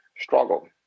Struggle